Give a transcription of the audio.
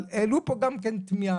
אבל העלו פה גם כן תמיהה,